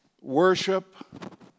worship